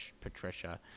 Patricia